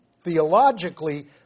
theologically